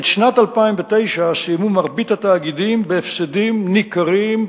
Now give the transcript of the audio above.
את שנת 2009 סיימו מרבית התאגידים בהפסדים ניכרים,